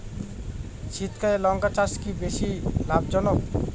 শীতকালে লঙ্কা চাষ কি বেশী লাভজনক?